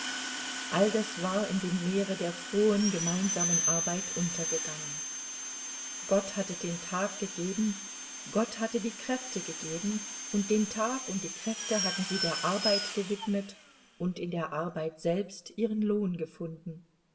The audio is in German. all das war in dem meere der frohen gemeinsamen arbeit untergegangen gott hatte den tag gegeben gott hatte die kräfte gegeben und den tag und die kräfte hatten sie der arbeit gewidmet und in der arbeit selbst ihren lohn gefunden